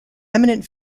eminent